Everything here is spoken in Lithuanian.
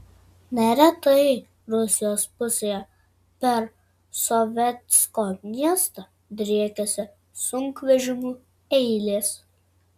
neretai rusijos pusėje per sovetsko miestą driekiasi sunkvežimių eilės